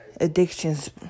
addictions